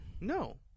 No